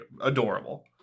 Adorable